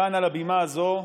כאן, על הבימה הזאת,